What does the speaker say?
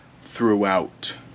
throughout